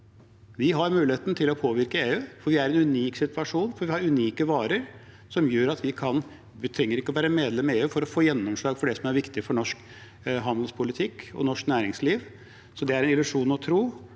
Vi har muligheten til å påvirke EU, for vi er i en unik situasjon, vi har unike varer, som gjør at vi kan det. Vi trenger ikke å være medlem av EU for å få gjennomslag for det som er viktig for norsk handelspolitikk og norsk næringsliv. Det er en illusjon å tro